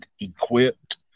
equipped